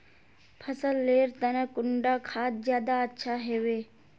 फसल लेर तने कुंडा खाद ज्यादा अच्छा हेवै?